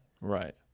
right